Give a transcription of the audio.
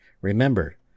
remember